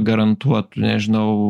garantuotų nežinau